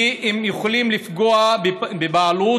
כי הם יכולים לפגוע בבעלות.